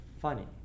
funny